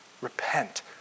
Repent